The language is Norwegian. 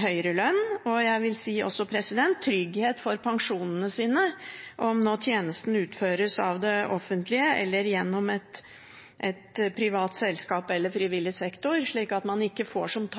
høyere lønn og – jeg vil også si – trygghet for pensjonene sine, om nå tjenesten utføres av det offentlige, gjennom et privat selskap eller i frivillig sektor, slik at man ikke får som